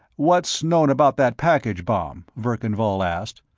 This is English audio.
what's known about that package bomb? verkan vall asked.